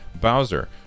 Bowser